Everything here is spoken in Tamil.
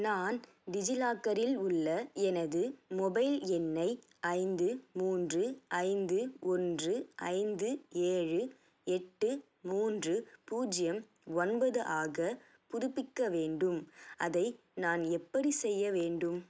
நான் டிஜிலாக்கரில் உள்ள எனது மொபைல் எண்ணை ஐந்து மூன்று ஐந்து ஒன்று ஐந்து ஏழு எட்டு மூன்று பூஜ்ஜியம் ஒன்பது ஆக புதுப்பிக்க வேண்டும் அதை நான் எப்படிச் செய்ய வேண்டும்